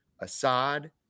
Assad